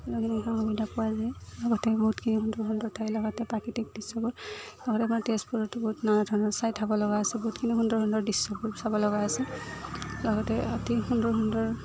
সুবিধা পোৱা যায় লগতে বহুতখিনি সুন্দৰ সুন্দৰ ঠাই লগতে প্ৰাকৃতিক দৃশ্যবোৰ লগতে আমাৰ তেজপুৰত বহুত নানা ধৰণৰ ঠাই চাব লগা আছে বহুতখিনি সুন্দৰ সুন্দৰ দৃশ্যবোৰ চাব লগা আছে লগতে অতি সুন্দৰ সুন্দৰ